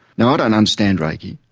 now i don't understand reiki,